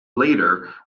later